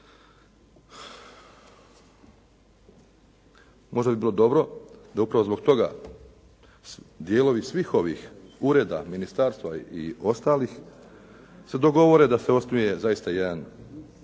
Možda bi bilo dobro da upravo zbog toga dijelovi svih ovih ureda ministarstva i ostalih se dogovore da se osnuje zaista jedan,